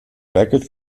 beckett